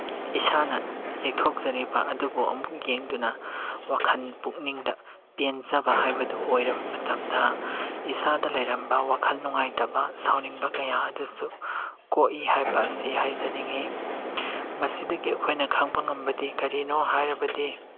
ꯏꯁꯥꯅ ꯌꯦꯛꯊꯣꯛꯆꯔꯤꯕ ꯑꯗꯨꯕꯨ ꯑꯃꯨꯛ ꯌꯦꯡꯗꯨꯅ ꯋꯥꯈꯜ ꯄꯨꯛꯅꯤꯡꯗ ꯄꯦꯟꯖꯕ ꯍꯥꯏꯕꯗꯨ ꯑꯣꯏꯔꯕ ꯃꯇꯝꯗ ꯏꯁꯥꯗ ꯂꯩꯔꯝꯕ ꯋꯥꯈꯜ ꯅꯨꯡꯉꯥꯏꯇꯕ ꯁꯥꯎꯅꯤꯡꯕ ꯀꯌꯥ ꯑꯗꯨꯁꯨ ꯀꯣꯛꯏ ꯍꯥꯏꯕ ꯑꯁꯤ ꯍꯥꯏꯖꯅꯤꯡꯏ ꯃꯁꯤꯗꯒꯤ ꯑꯩꯈꯣꯏꯅ ꯈꯪꯕ ꯉꯝꯕꯗꯤ ꯀꯔꯤꯅꯣ ꯍꯥꯏꯔꯕꯗꯤ